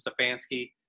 Stefanski